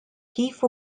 kif